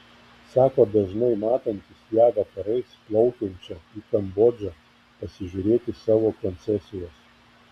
sako dažnai matantis ją vakarais plaukiančią į kambodžą pasižiūrėti savo koncesijos